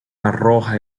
arroja